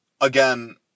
Again